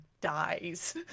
dies